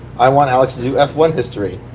i want alex to do f one history.